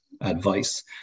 advice